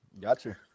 Gotcha